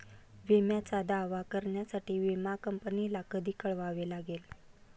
विम्याचा दावा करण्यासाठी विमा कंपनीला कधी कळवावे लागते?